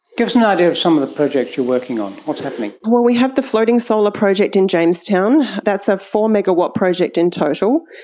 give us an idea of some of the projects you are working on. what's happening? well, we have the floating solar project in jamestown, that's a four megawatt project in total.